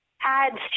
adds